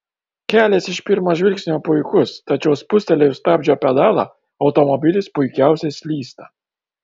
kelias iš pirmo žvilgsnio puikus tačiau spustelėjus stabdžio pedalą automobilis puikiausiai slysta